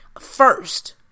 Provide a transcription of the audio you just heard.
first